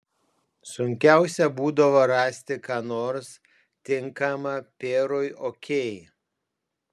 sunkiausia būdavo rasti ką nors tinkama perui okei